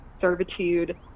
servitude